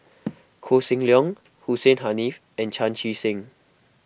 Koh Seng Leong Hussein Haniff and Chan Chee Seng